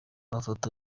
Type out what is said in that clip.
mafoto